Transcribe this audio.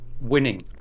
winning